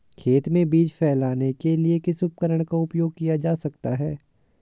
खेत में बीज फैलाने के लिए किस उपकरण का उपयोग किया जा सकता है?